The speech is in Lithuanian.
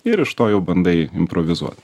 ir iš to jau bandai improvizuot